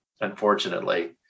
Unfortunately